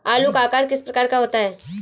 आलू का आकार किस प्रकार का होता है?